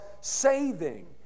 saving